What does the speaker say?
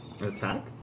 Attack